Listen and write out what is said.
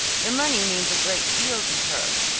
the money means a great deal to her,